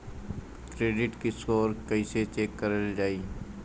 Credit score कइसे check करल जायी?